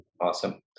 Awesome